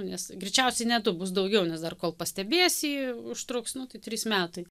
nes greičiausiai ne du bus daugiau nes dar kol pastebėsi užtruks nu tai trys metai